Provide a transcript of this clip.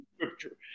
scripture